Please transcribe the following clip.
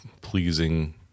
pleasing